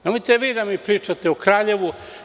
Nemojte vi da mi pričate o Kraljevu.